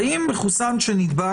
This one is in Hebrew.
האם מחוסן שנדבק,